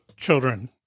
children